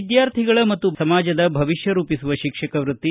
ವಿದ್ಯಾರ್ಥಿಗಳ ಮತ್ತು ಸಮಾಜದ ಭವಿಷ್ಯ ರೂಪಿಸುವ ಶಿಕ್ಷಕ ವೃತ್ತಿ